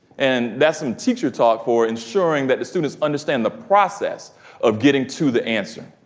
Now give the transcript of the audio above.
and that's some teacher talk for ensuring that the students understand the process of getting to the answer.